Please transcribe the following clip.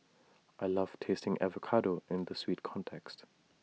I love tasting avocado in the sweet context